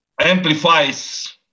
amplifies